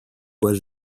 was